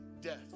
death